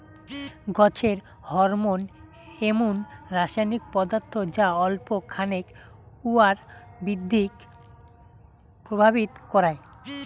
গছের হরমোন এমুন রাসায়নিক পদার্থ যা অল্প খানেক উয়ার বৃদ্ধিক প্রভাবিত করায়